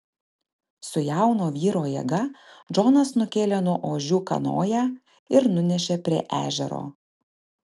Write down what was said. su jauno vyro jėga džonas nukėlė nuo ožių kanoją ir nunešė prie ežero